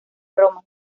roma